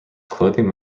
clothing